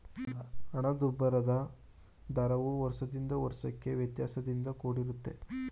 ಹಣದುಬ್ಬರದ ದರವು ವರ್ಷದಿಂದ ವರ್ಷಕ್ಕೆ ವ್ಯತ್ಯಾಸದಿಂದ ಕೂಡಿರುತ್ತೆ